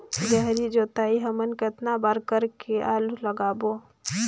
गहरी जोताई हमन कतना बार कर के आलू लगाबो?